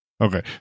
Okay